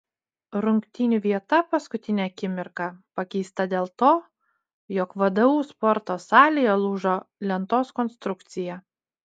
rungtynių vieta paskutinę akimirką pakeista dėl to jog vdu sporto salėje lūžo lentos konstrukcija